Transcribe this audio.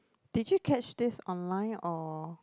did you catch this online or